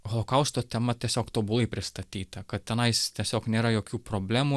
holokausto tema tiesiog tobulai pristatyta kad tenais tiesiog nėra jokių problemų